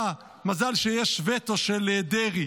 אה, מזל שיש וטו של דרעי.